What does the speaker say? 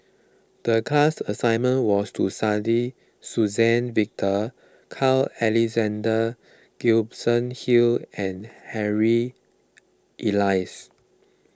the class assignment was to study Suzann Victor Carl Alexander Gibson Hill and Harry Elias